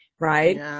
Right